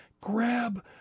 grab